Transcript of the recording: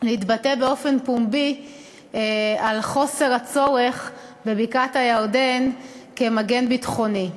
להתבטא באופן פומבי על האי-צורך בבקעת-הירדן כמגן ביטחוני.